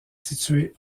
situées